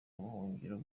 buhungiro